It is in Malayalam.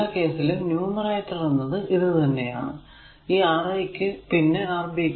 എല്ലാ കേസിലും ന്യൂമറേറ്റർ എന്നത് a a a R a R a a തന്നെ ആണ്